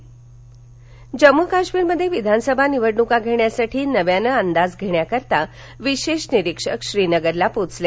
जम्म काश्मीर निवडणक जम्मू काश्मीरमध्ये विधानसभा निवडणुका घेण्यासाठी नव्यानं अंदाज घेण्याकरता विशेष निरीक्षक श्रीनगरला पोचले